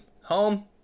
home